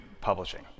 publishing